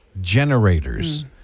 generators